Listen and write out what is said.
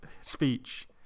speech